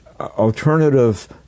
alternative